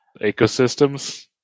ecosystems